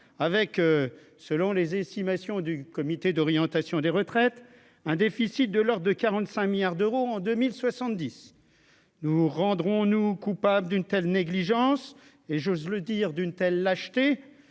avec, selon les estimations du comité d'orientation des retraites, un déficit de de 45 milliards d'euros en 2070 nous rendrons-nous coupables d'une telle négligence et j'ose le dire, d'une telle lâcheté,